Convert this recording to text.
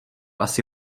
asi